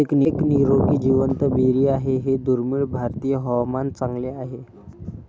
एक निरोगी जिवंत बेरी आहे हे दुर्मिळ भारतीय हवामान चांगले आहे